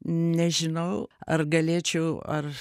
nežinau ar galėčiau ar